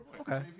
Okay